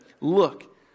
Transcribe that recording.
Look